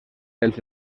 els